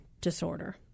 disorder